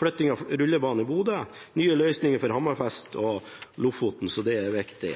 flytting av rullebane i Bodø, nye løsninger for Hammerfest og Lofoten. Så det er viktig.